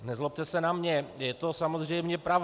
Nezlobte se na mě, je to samozřejmě pravda.